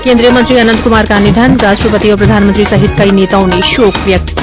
केन्द्रीय मंत्री अनंत कुमार का निधन राष्ट्रपति और प्रधानमंत्री सहित कई नेताओं ने शोक व्यक्त किया